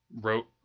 wrote